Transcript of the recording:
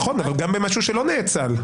נכון, אבל גם במשהו שלא נאצל.